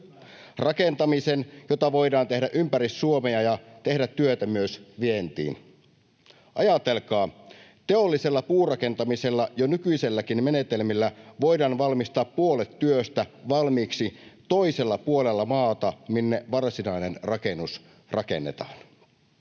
rakentamisen, jota voidaan tehdä ympäri Suomea ja tehdä työtä myös vientiin. Ajatelkaa, teollisella puurakentamisella jo nykyisilläkin menetelmillä voidaan valmistaa puolet työstä valmiiksi toisella puolella maata kuin minne varsinainen rakennus rakennetaan.